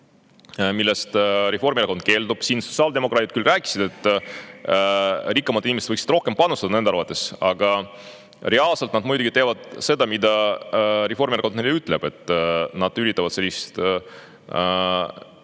millest Reformierakond keeldub. Sotsiaaldemokraadid küll rääkisid, et rikkamad inimesed võiksid rohkem panustada, aga reaalselt nad muidugi teevad seda, mida Reformierakond neile ütleb. Nad üritavad sellist